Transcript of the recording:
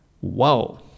Whoa